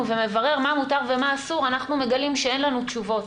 ומברר מה מותר ומה אסור אנחנו מגלים שאין לנו תשובות.